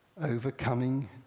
overcoming